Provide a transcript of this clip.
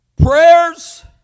prayers